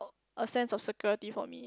a sense of security for me